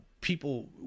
people